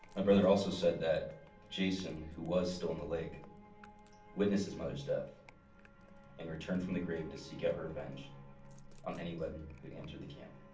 brother also said that jason who was still in the lake witnessed his mother's death and returned from the grave to seek out revenge on anyone who entered the camp.